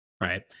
Right